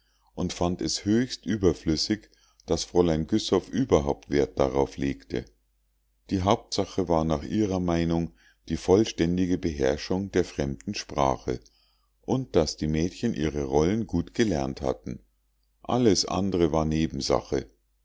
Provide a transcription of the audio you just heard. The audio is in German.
und fand es höchst überflüssig daß fräulein güssow überhaupt wert darauf legte die hauptsache war nach ihrer meinung die vollständige beherrschung der fremden sprache und daß die mädchen ihre rollen gut gelernt hatten alles andre war nebensache